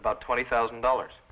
about twenty thousand dollars